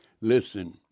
listen